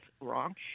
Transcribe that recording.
wrong